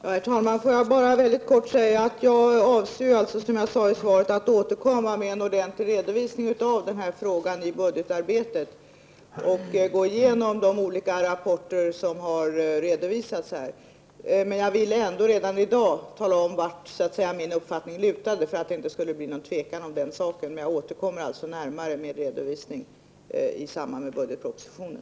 Herr talman! Får jag helt kort säga att jag avser, som jag sade i mitt svar, återkomma med en ordentlig redovisning av denna fråga i budgetpropositionen och där gå igenom alla de rapporter som här nämnts. Men jag vill redan i dag tala om vart så att säga min uppfattning lutar för att det inte skall finnas något tvivel på den punkten. Jag återkommer alltså med en närmare redovisning i samband med presentationen av budgetpropositionen.